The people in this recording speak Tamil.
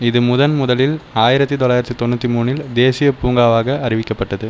இது முதன்முதலில் ஆயிரத்து தொள்ளாயிரத்து தொண்ணுாற்றி மூணில் தேசியப் பூங்காவாக அறிவிக்கப்பட்டது